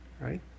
right